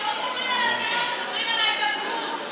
לא מדברים על, מדברים על ההידבקות.